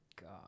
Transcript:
God